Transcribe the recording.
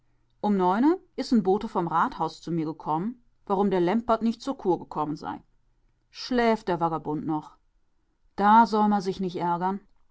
um neune is n bote vom rathaus bei mir warum der lempert nich zur kur gekommen sei schläft der vagabund noch da soll ma sich nich ärgern